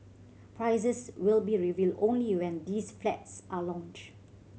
prices will be revealed only when these flats are launched